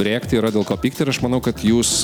rėkti yra dėl ko pykti ir aš manau kad jūs